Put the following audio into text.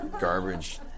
garbage